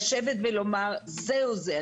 לשבת ולומר זהו זה,